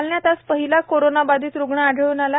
जालन्यात आज पहिला कोरोना बाधित रुग्ण आढळून आला आहे